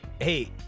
Hey